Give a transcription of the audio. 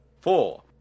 four